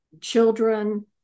children